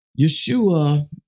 Yeshua